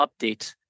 update